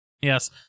Yes